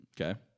Okay